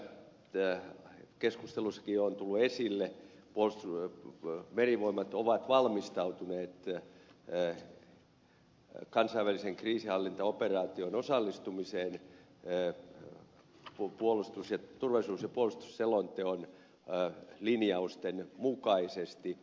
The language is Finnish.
niin kun tässä keskustelussakin on tullut esille merivoimat ovat valmistautuneet kansainväliseen kriisinhallintaoperaatioon osallistumiseen turvallisuus ja puolustusselonteon linjausten mukaisesti